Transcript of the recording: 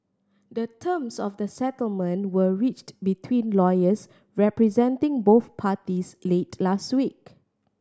the terms of the settlement were reached between lawyers representing both parties late last week